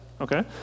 Okay